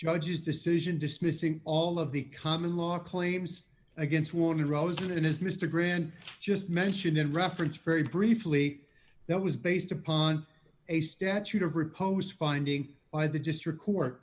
judge's decision dismissing all of the common law claims against one rosen and his mr grimm just mention in reference very briefly that was based upon a statute of repose finding by the district court